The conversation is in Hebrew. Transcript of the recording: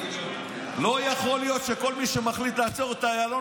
לא יכול להיות שכל מי שמחליט לעצור את איילון,